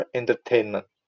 entertainment